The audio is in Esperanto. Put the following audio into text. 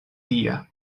dia